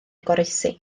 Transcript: goroesi